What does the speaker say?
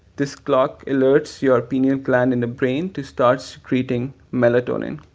this clock alerts your pineal gland in the brain to start secreting melatonin.